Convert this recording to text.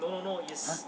!huh!